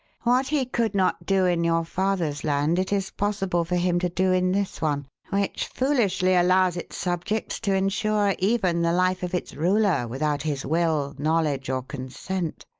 what he could not do in your father's land it is possible for him to do in this one, which foolishly allows its subjects to insure even the life of its ruler without his will, knowledge, or consent.